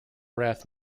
wrath